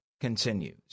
continues